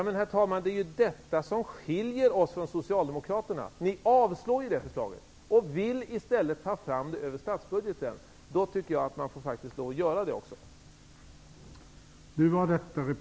Det är ju detta som skiljer oss från socialdemokraterna. Ni avstyrker vårt förslag och vill i stället ta fram pengarna över statsbudgeten. Då får ni faktiskt lov att också visa hur det skulle gå till.